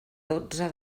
dotze